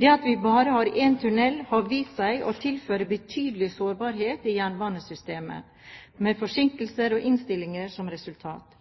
Det at vi bare har én tunnel, har vist seg å tilføre betydelig sårbarhet i jernbanesystemet, med forsinkelser og innstillinger som resultat.